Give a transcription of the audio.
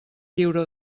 lliure